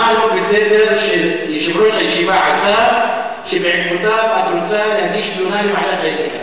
מה לא בסדר שיושב-ראש עשה שבעקבותיו את רוצה להגיש תלונה לוועדת האתיקה?